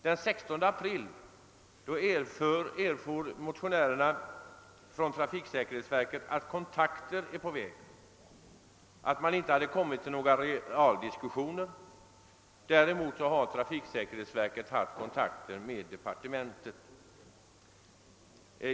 Den 16 april erfor motionärerna av trafiksäkerhetsverket att kontakter är på väg men att man inte kom mit fram till några realdiskussioner. Trafiksäkerhetsverket har däremot haft kontakter med departementet.